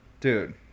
Dude